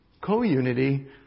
co-unity